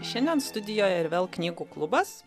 šiandien studijoje ir vėl knygų klubas